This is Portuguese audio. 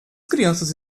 crianças